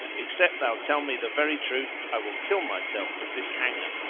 except thou tell me the very truth i will kill myself with this hanger.